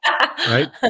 right